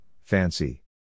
Fancy